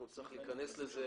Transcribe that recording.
אנחנו נצטרך להיכנס לזה